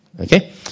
Okay